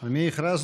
על מי הכרזנו?